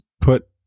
put